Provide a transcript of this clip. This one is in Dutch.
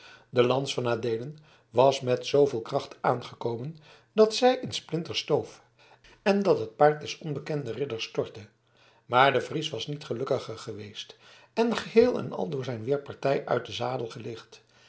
de lans van adeelen was met zooveel kracht aangekomen dat zij in splinters stoof en dat het paard des onbekenden ridders stortte maar de fries was niet gelukkiger geweest en geheel en al door zijn weerpartij uit den zadel gelicht